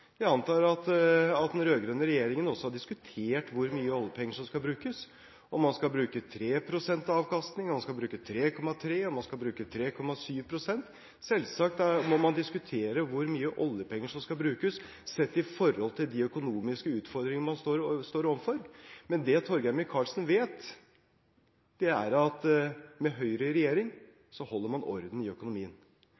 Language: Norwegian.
skal bruke 3 pst. av avkastningen, om man skal bruke 3,3 pst., eller om man skal bruke 3,7 pst. Selvsagt må man diskutere hvor mye oljepenger som skal brukes, sett i forhold til de økonomiske utfordringene man står overfor. Men det Torgeir Micaelsen vet, er at med Høyre i regjering